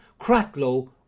Cracklow